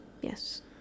Yes